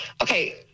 Okay